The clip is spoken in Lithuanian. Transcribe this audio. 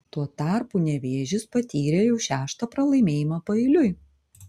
tuo tarpu nevėžis patyrė jau šeštą pralaimėjimą paeiliui